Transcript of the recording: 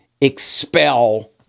expel